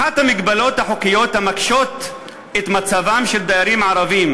אחת ההגבלות החוקיות המקשות את מצבם של דיירים ערבים